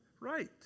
Right